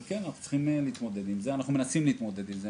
אנחנו צריכים להתמודד עם זה ומנסים להתמודד עם זה,